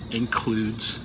includes